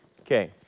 okay